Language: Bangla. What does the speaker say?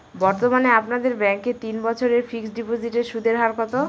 বর্তমানে আপনাদের ব্যাঙ্কে তিন বছরের ফিক্সট ডিপোজিটের সুদের হার কত?